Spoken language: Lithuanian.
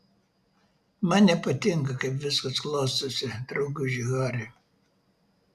man nepatinka kaip viskas klostosi drauguži hari